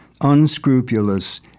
unscrupulous